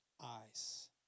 eyes